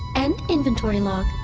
end inventory log